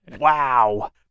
wow